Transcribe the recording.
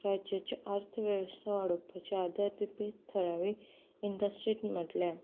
राज्याची आर्थवेवस्ता वाडोवपाचें आदरतितीत थळावें इंडरतींतीत म्हणल्यार